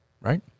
Right